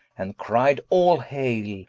and cried all haile,